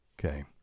Okay